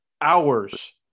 hours